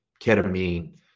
ketamine